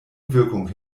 wirkung